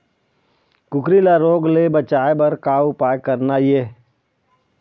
कुकरी ला रोग ले बचाए बर का उपाय करना ये?